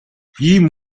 ийм